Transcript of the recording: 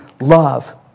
love